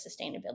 sustainability